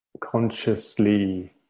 consciously